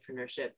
entrepreneurship